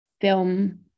film